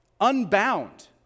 unbound